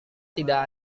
tidak